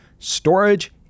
storage